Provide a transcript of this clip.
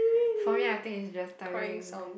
for me I think is just tiring